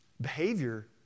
behavior